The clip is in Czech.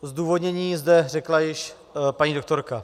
Zdůvodnění zde řekla již paní doktorka.